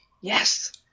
Yes